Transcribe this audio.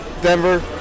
Denver